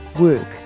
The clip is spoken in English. work